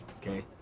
okay